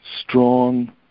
strong